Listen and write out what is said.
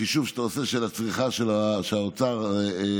בחישוב שאתה עושה של הצריכה שהאוצר עשה,